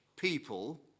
people